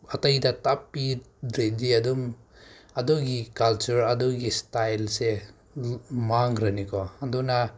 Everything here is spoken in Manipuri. ꯑꯇꯩꯗ ꯇꯥꯛꯄꯤꯗ꯭ꯔꯗꯤ ꯑꯗꯨꯝ ꯑꯗꯨꯒꯤ ꯀꯜꯆꯔ ꯑꯗꯨꯒꯤ ꯏꯁꯇꯥꯏꯜꯁꯦ ꯃꯥꯡꯈ꯭ꯔꯅꯤꯀꯣ ꯑꯗꯨꯅ